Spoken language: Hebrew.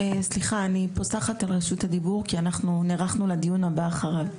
אני פוסחת על רשות הדיבור כי אנחנו נערכנו לדיון הבא אחריו.